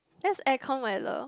that's aircon weather